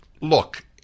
Look